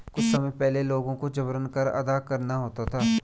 कुछ समय पहले लोगों को जबरन कर अदा करना होता था